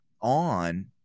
on